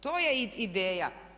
To je ideja.